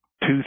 two